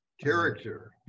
Character